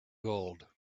gold